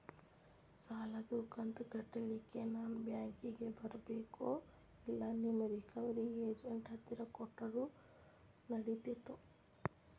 ಸಾಲದು ಕಂತ ಕಟ್ಟಲಿಕ್ಕೆ ನಾನ ಬ್ಯಾಂಕಿಗೆ ಬರಬೇಕೋ, ಇಲ್ಲ ನಿಮ್ಮ ರಿಕವರಿ ಏಜೆಂಟ್ ಹತ್ತಿರ ಕೊಟ್ಟರು ನಡಿತೆತೋ?